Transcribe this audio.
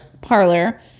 parlor